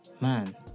man